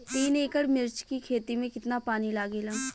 तीन एकड़ मिर्च की खेती में कितना पानी लागेला?